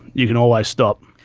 you can always stop.